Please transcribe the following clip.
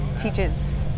teaches